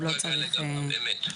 אמת.